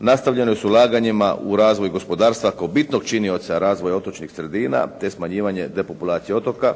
Nastavljeno je s ulaganjima u razvoj gospodarstva kao bitnog činioca razvoja otočnih sredina te smanjivanje depopulacije otoka.